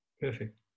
Perfect